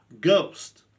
Ghost